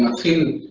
to